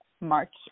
March